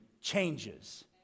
changes